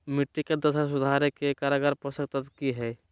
मिट्टी के दशा सुधारे के कारगर पोषक तत्व की है?